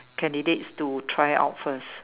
candidates to try out first